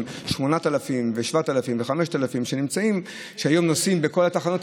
8,000 ו-7,000 ו-5,000 נוסעים שהיו בכל התחנות,